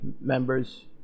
members